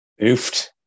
Oofed